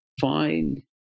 find